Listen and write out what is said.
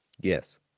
Yes